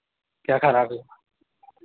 क्या खराब है